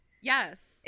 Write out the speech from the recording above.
yes